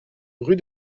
rue